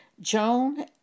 Joan